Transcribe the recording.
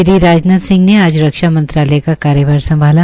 श्री राजनाथ ने आज रक्षा मंत्रालय का कार्यभार संभाला